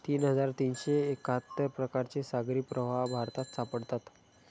तीन हजार तीनशे एक्काहत्तर प्रकारचे सागरी प्रवाह भारतात सापडतात